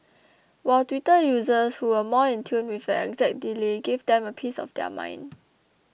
while Twitter users who were more in tune with the exact delay gave them a piece of their mind